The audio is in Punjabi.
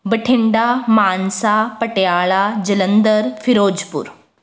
ਬਠਿੰਡਾ ਮਾਨਸਾ ਪਟਿਆਲਾ ਜਲੰਧਰ ਫਿਰੋਜ਼ਪੁਰ